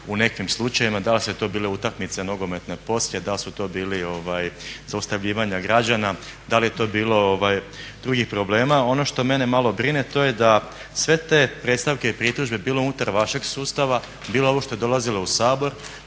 u nekim slučajevima. Da li su to bile utakmice nogometne poslije, da li su to bili zaustavljivanja građana, da li je to bilo drugih problema. Ono što mene malo brine to je da sve te predstavke i pritužbe bilo unutar vašeg sustava, bilo ovo što je dolazilo u Sabor,